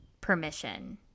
permission